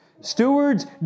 Stewards